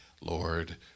Lord